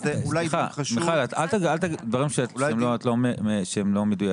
מיכל, אל תאמרי דברים שהם לא מדויקים.